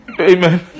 Amen